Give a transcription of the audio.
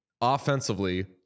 offensively